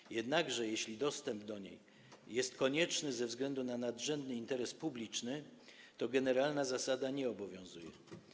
Jeśli jednak dostęp do niej jest konieczny ze względu na nadrzędny interes publiczny, generalna zasada nie obowiązuje.